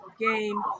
game